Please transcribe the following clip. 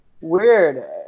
Weird